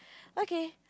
okay